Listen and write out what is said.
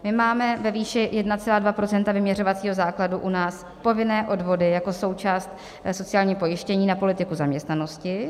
My máme ve výši 1,2 % vyměřovacího základu u nás povinné odvody jako součást sociálního pojištění na politiku zaměstnanosti.